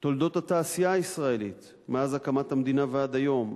תולדות התעשייה הישראלית מאז הקמת המדינה ועד היום,